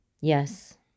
Yes